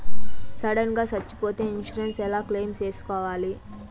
Sudden గా సచ్చిపోతే insurance ఎలా క్లెయిమ్ సేసుకోవాలి?